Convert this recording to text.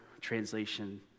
translation